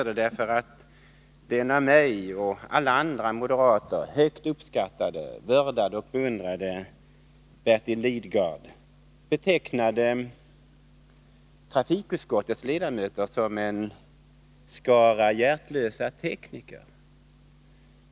Den av mig och alla andra moderater högt uppskattade, vördade och beundrade Bertil Lidgard betecknade trafikutskottets ledamöter som en skara hjärtlösa tekniker.